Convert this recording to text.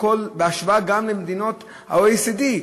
גם בהשוואה למדינות ה-OECD,